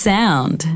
Sound